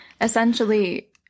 essentially